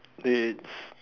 it's